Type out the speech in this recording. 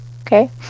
Okay